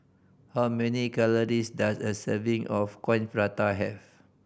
how many calories does a serving of Coin Prata have